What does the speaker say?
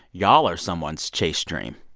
y'all are someone's chase dream